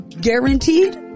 Guaranteed